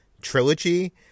Trilogy